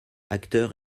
acteur